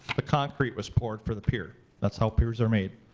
the concrete was poured for the pier. that's how piers are made.